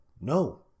no